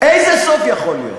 איזה סוף יכול להיות?